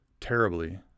terribly